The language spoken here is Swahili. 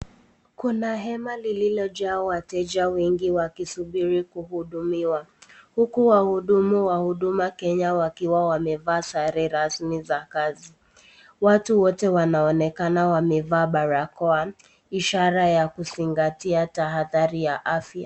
Kuna hema lililojaa wateja wengi wakisubiri kuhudumiwa, huku wahudumu wa Huduma Kenya wakiwa wamevaa sare rasmi za kazi. Watu wote wanaonekana wamevaa barakoa ishara ya kuzingatia tahadhari ya afya.